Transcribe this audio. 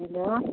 hello